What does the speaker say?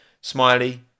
smiley